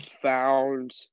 found